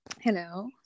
Hello